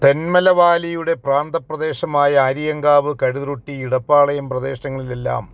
തെന്മല വാലിയുടെ പ്രാന്ത പ്രദേശമായ ആര്യങ്കാവ് കഴിറുട്ടി ഇടപ്പാളയം പ്രദേശങ്ങളിലെല്ലാം